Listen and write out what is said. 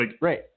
Right